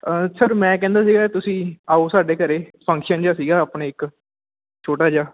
sir ਮੈਂ ਕਹਿੰਦਾ ਸੀਗਾ ਤੁਸੀਂ ਆਓ ਸਾਡੇ ਘਰੇ ਫੰਕਸ਼ਨ ਜਿਹਾ ਸੀਗਾ ਆਪਣੇ ਇੱਕ ਛੋਟਾ ਜਿਹਾ